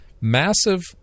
Massive